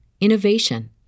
innovation